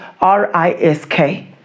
R-I-S-K